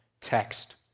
text